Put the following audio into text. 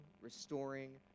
restoring